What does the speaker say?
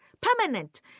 permanent